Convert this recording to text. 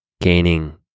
gaining